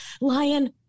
lion